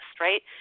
Right